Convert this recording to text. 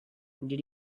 did